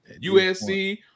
USC